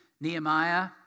Nehemiah